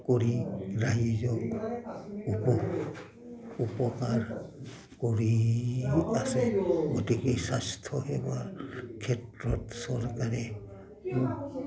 কৰি ৰাইজক উপভোগ উপকাৰ কৰি আছে গতিকে স্বাস্থ্যসেৱা ক্ষেত্ৰত চৰকাৰে